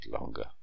longer